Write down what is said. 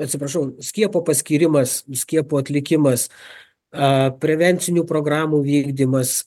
atsiprašau skiepo paskyrimas skiepų atlikimas a prevencinių programų vykdymas